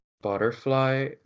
Butterfly